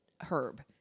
herb